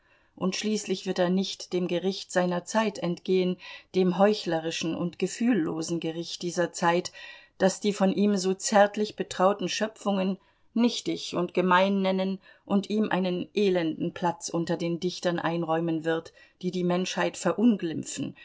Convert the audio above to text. und schließlich wird er nicht dem gericht seiner zeit entgehen dem heuchlerischen und gefühllosen gericht dieser zeit das die von ihm so zärtlich betrauten schöpfungen nichtig und gemein nennen und ihm einen elenden platz unter den dichtern einräumen wird die die menschheit verunglimpfen